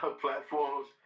platforms